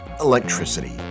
Electricity